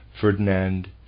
Ferdinand